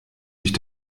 sich